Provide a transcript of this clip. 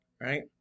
right